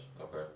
Okay